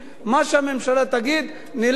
מה שהממשלה תגיד נלך אתה,